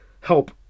help